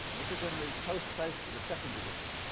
this is in the post-face to the second edition,